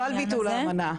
לא על ביטול האמנה.